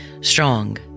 strong